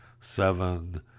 seven